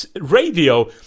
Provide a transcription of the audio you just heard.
radio